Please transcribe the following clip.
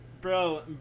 bro